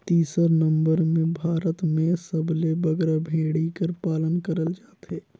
तीसर नंबर में भारत में सबले बगरा भेंड़ी कर पालन करल जाथे